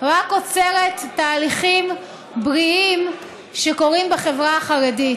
רק עוצרת תהליכים בריאים שקורים בחברה החרדית.